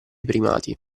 primati